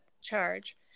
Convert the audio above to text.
charge